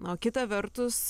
o kita vertus